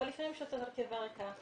אבל לפעמים על קיבה ריקה,